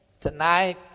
tonight